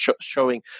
showing